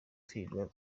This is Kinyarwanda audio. twirirwa